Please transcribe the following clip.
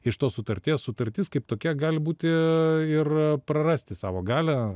iš tos sutarties sutartis kaip tokia gali būti ir prarasti savo galią